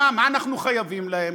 מה אנחנו חייבים להן?